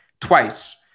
twice